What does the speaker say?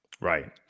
right